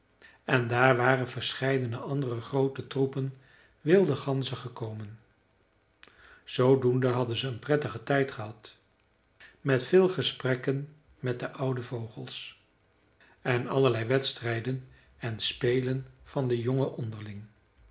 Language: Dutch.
en daar waren verscheidene andere groote troepen wilde ganzen gekomen zoodoende hadden ze er een prettigen tijd gehad met veel gesprekken met de oude vogels en allerlei wedstrijden en spelen van de jongen onderling